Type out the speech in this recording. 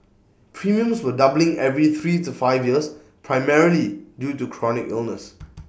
premiums were doubling every three to five years primarily due to chronic illnesses